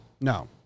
No